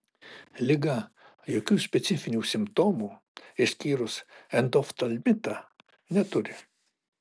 liga jokių specifinių simptomų išskyrus endoftalmitą neturi